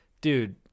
Dude